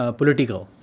political